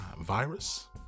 virus